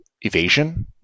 evasion